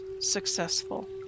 successful